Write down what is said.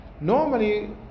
Normally